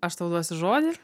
aš tau duosiu žodį